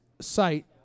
site